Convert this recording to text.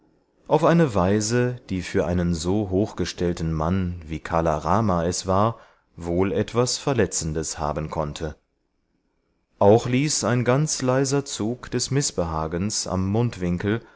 auf eine weise die für einen so hochgestellten mann wie kala rama es war wohl etwas verletzendes haben konnte auch ließ ein ganz leiser zug des mißbehagens am mundwinkel